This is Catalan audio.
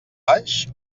baix